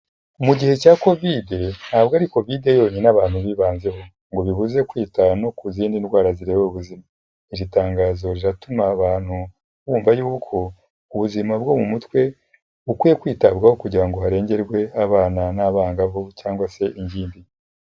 Mu gihe cya Covid ntabwo ari Covid yonyine abantu bibanzeho. Ngo bibuze kwita no ku zindi ndwara zireba ubuzima. Iri tangazo riratuma abantu bumva yuko ubuzima bwo mu mutwe bukwiye kwitabwaho, kugira ngo harengerwe abana n'abangavu cyangwa se ingimbi.